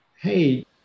hey